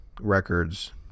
records